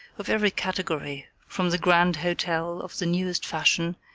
of every category, from the grand hotel of the newest fashion,